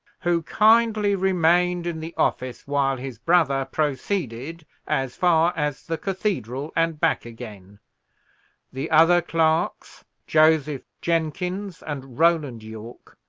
who kindly remained in the office while his brother proceeded as far as the cathedral and back again the other clerks, joseph jenkins and roland yorke,